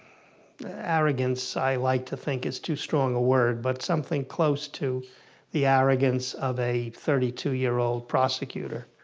arrogance, i like to think is too strong a word but something close to the arrogance of a thirty two year old prosecutor.